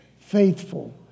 faithful